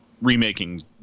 remaking